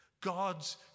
God's